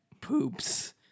poops